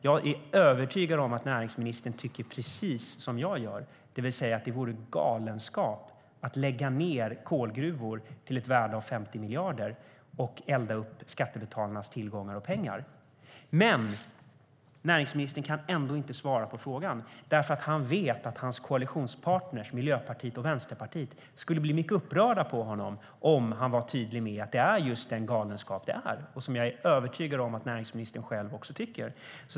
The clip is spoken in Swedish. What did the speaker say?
Jag är övertygad om att näringsministern tycker precis som jag, det vill säga att det vore galenskap att lägga ned kolgruvor till ett värde av 50 miljarder och elda upp skattebetalarnas tillgångar och pengar. Men näringsministern kan ändå inte svara på frågan, för han vet att hans koalitionspartner Miljöpartiet och Vänsterpartiet skulle bli mycket upprörda på honom om han var tydlig med att det är galenskap, vilket jag är övertygad om att näringsministern tycker.